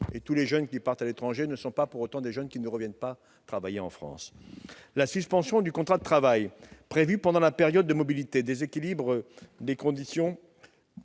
Tous les jeunes qui partent à l'étranger ne sont pas des jeunes qui ne reviennent pas travailler en France ! La suspension du contrat de travail prévue pendant la période de mobilité déséquilibre les conditions